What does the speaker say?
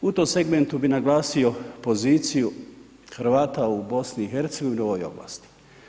U tom segmentu bi naglasio poziciju Hrvata u BiH-u u ovoj ovlasti.